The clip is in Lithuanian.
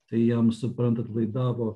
tai jam suprantat laidavo